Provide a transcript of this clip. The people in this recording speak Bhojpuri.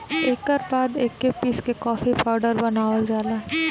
एकर बाद एके पीस के कॉफ़ी पाउडर बनावल जाला